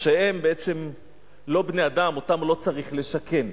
או שהם בעצם לא בני-אדם, אותם לא צריך לשכן.